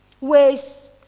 ways